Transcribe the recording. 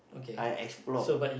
I explore